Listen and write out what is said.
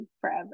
forever